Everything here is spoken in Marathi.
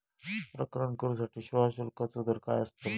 प्रकरण करूसाठी सेवा शुल्काचो दर काय अस्तलो?